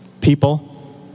people